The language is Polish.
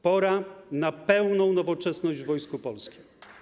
Pora na pełną nowoczesność w Wojsku Polskim.